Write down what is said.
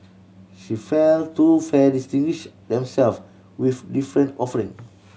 she felt two fairs distinguished themselves with different offering